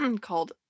called